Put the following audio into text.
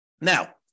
Now